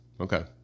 Okay